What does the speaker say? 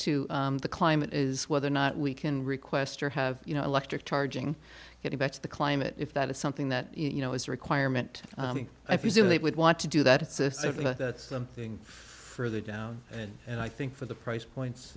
to the climate is whether or not we can request or have you know electric charging getting back to the climate if that is something that you know is a requirement i presume they would want to do that it's something further down and i think for the price points